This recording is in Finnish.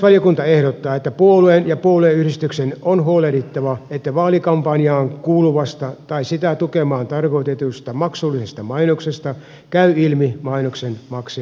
tarkastusvaliokunta ehdottaa että puolueen ja puolueyhdistyksen on huolehdittava että vaalikampanjaan kuuluvasta tai sitä tukemaan tarkoitetusta maksullisesta mainoksesta käy ilmi mainoksen maksajan nimi